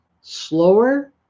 slower